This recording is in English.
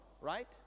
right